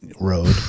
road